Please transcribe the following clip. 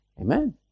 Amen